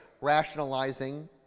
Rationalizing